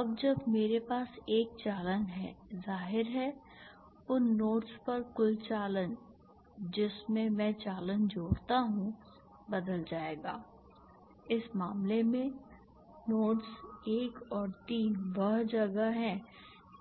अब जब मेरे पास एक चालन है जाहिर है उन नोड्स पर कुल चालन जिसमें मैं चालन जोड़ता हूं बदल जाएगा इस मामले में नोड्स 1 और 3 वह जगह है